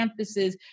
campuses